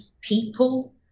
people